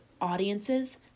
audiences